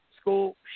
School